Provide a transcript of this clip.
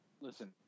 listen